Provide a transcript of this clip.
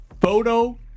photo